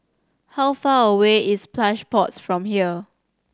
how far away is Plush Pods from here